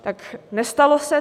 Tak nestalo se.